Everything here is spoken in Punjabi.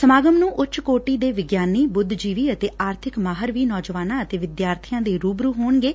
ਸਮਾਗਮ ਨੂੰ ਉਚ ਕੋਟੀ ਦੇ ਵਿਗਿਆਨੀ ਬੁੱਧੀਜੀਵੀ ਅਤੇ ਆਰਥਿਕ ਮਾਹਿਰ ਵੀ ਨੌਜਵਾਨਾਂ ਅਤੇ ਵਿਦਿਆਰਬੀਆਂ ਦੇ ਰੂਬਰੂ ਹੋਣਗੇ